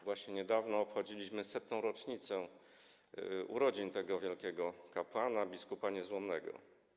Właśnie niedawno obchodziliśmy 100. rocznicę urodzin tego wielkiego kapłana, biskupa niezłomnego.